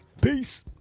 peace